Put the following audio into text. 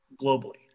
globally